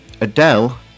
Adele